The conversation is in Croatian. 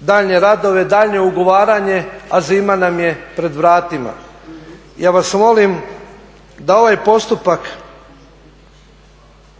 daljnje radove, daljnje ugovaranje, a zima nam je pred vratima. Ja vas molim da ovaj postupak